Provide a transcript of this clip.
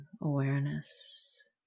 awareness